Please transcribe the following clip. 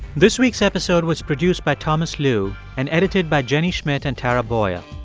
this week's episode was produced by thomas lu and edited by jenny schmidt and tara boyle.